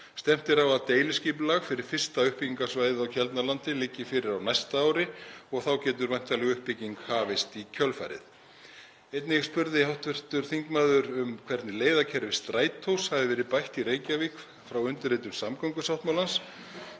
Stefnt er á að deiliskipulag fyrir fyrsta uppbyggingarsvæðið á Keldnalandi liggi fyrir á næsta ári og þá getur væntanleg uppbygging hafist í kjölfarið. Einnig spurði hv. þingmaður um hvernig leiðakerfi Strætós hefði verið bætt í Reykjavík frá undirritun samgöngusáttmálans.